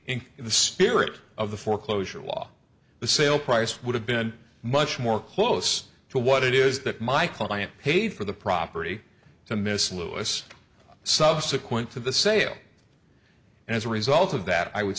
in the spirit of the foreclosure law the sale price would have been much more close to what it is that my client paid for the property to miss lewis subsequent to the sale and as a result of that i would